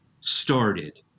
started